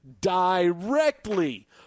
directly